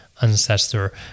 ancestor